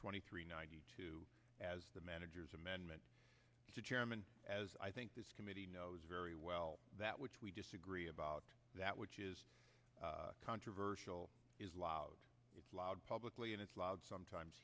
twenty three ninety two as the manager's amendment to chairman as i think this committee knows very well that which we disagree about that which is controversial is loud loud publicly and it's loud sometimes